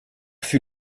fut